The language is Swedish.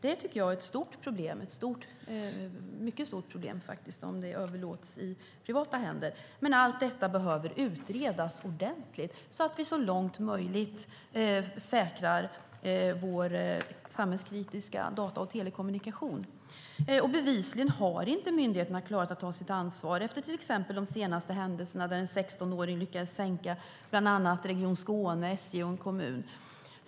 Det är ett stort problem om detta överlåts i privata händer. Allt detta behöver utredas ordentligt, så att vi så långt som möjligt säkrar vår samhällsviktiga data och telekommunikation. Bevisligen har inte myndigheterna klarat att ta sitt ansvar efter exempelvis de senaste händelserna då en 16-åring lyckades sänka bland andra Region Skåne, SJ och en kommun.